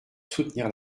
soutenir